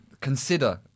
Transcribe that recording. consider